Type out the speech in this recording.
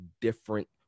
different